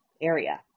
Area –